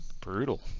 brutal